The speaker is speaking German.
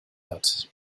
hat